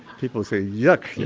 people say yuk,